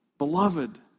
Beloved